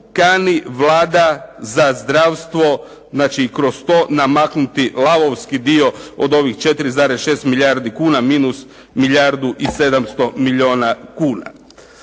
kani Vlada za zdravstvo znači kroz to namaknuti lavovski dio od ovih 4,6 milijardi kuna minus milijardu i 700 milijuna kuna.